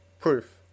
Proof